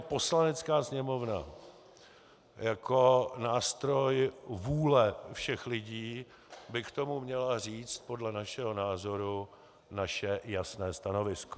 Poslanecká sněmovna jako nástroj vůle všech lidí by k tomu měla říct podle našeho názoru naše jasné stanovisko.